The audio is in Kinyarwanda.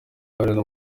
uruhare